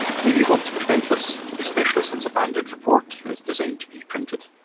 we want to prevent this, especially since a banded report is designed to be printed.